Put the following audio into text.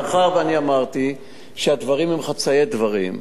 מאחר שאני אמרתי שהדברים הם חצאי דברים,